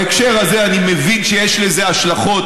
בהקשר הזה אני מבין שיש לזה השלכות